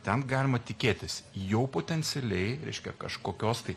ten galima tikėtis jau potencialiai reiškia kažkokios tai